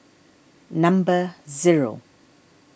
number zero